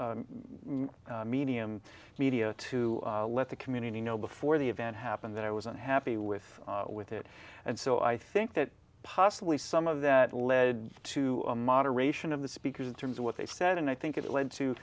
other medium media to let the community know before the event happened that i was unhappy with with it and so i think that possibly some of that led to a moderation of the speakers in terms of what they said and i think it led to